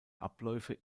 abläufe